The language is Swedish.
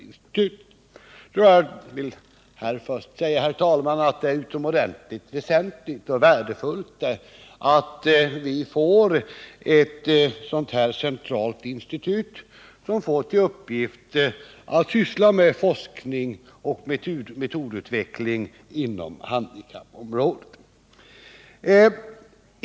Jag vill först säga, herr talman, att det är värdefullt att vi får ett centralt institut, som får till uppgift att syssla med forskning och metodutveckling inom handikappområdet.